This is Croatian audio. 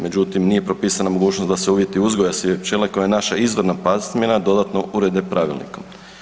Međutim, nije propisana mogućnost da se uvjeti uzgoja sive pčele koja je naša izvorna pasmina dodatno urede pravilnikom.